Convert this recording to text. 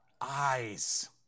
Eyes